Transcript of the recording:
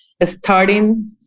starting